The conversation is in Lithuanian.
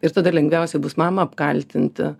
ir tada lengviausia bus mamą apkaltinti